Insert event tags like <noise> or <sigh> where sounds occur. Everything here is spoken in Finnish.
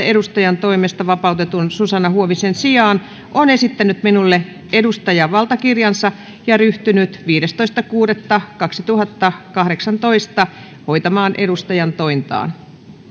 <unintelligible> edustajantoimesta vapautetun susanna huovisen sijaan on esittänyt minulle edustajavaltakirjansa ja ryhtynyt viidestoista kuudetta kaksituhattakahdeksantoista hoitamaan edustajantointaan